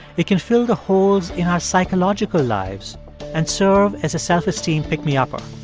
it can fill the holes in our psychological lives and serve as a self-esteem pick-me-upper.